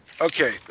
Okay